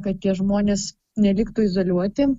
kad tie žmonės neliktų izoliuoti